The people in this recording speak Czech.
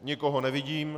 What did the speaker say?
Nikoho nevidím.